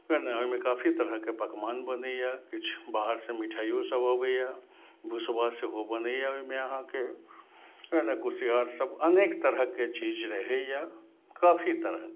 ओना ओहिमे काफी तरहके पकवान बनैया किछु बाहरसँ मिठाइयो सभ अबैया भुसबा सेहो बनैया ओहिमे अहाँके कुसियार सभ अनेक तरहके चीज रहैया काफी तरहके